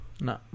No